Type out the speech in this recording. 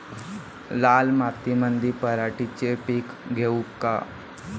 लाल मातीमंदी पराटीचे पीक घेऊ का?